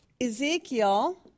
Ezekiel